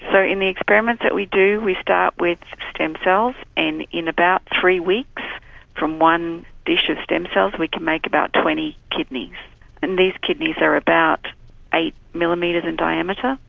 so in the experiments that we do, we start with stem cells and, in about three weeks from one dish of stem cells, we can make about twenty kidneys and these kidneys are about eight millimetres in diameter,